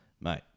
mate